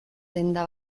denda